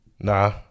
Nah